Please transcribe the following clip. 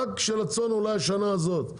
רק של הצאן אולי השנה הזאת,